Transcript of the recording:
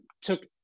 took